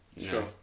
sure